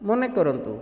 ମନେ କରନ୍ତୁ